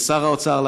לשר האוצר,